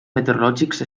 meteorològics